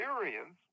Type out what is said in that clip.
experience